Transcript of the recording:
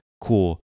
cool